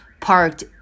parked